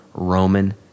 Roman